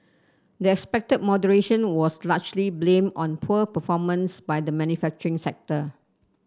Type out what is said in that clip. the expected moderation was largely blamed on poor performance by the manufacturing sector